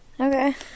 okay